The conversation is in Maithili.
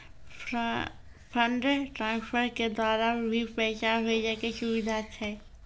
फंड ट्रांसफर के द्वारा भी पैसा भेजै के सुविधा छै?